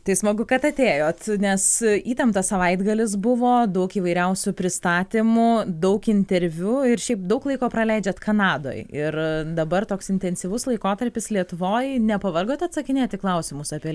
tai smagu kad atėjot nes įtemptas savaitgalis buvo daug įvairiausių pristatymų daug interviu ir šiaip daug laiko praleidžiat kanadoj ir dabar toks intensyvus laikotarpis lietuvoj nepavargot atsakinėti į klausimus apie